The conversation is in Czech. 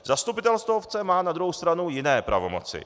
Zastupitelstvo obce má na druhou stranu jiné pravomoci.